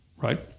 right